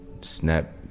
Snap